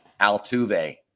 Altuve